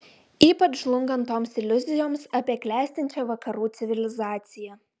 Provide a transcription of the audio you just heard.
ypač žlungant toms iliuzijoms apie klestinčią vakarų civilizaciją